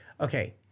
Okay